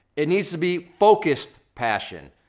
it needs to be focused passion,